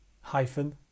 Hyphen